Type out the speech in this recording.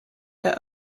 their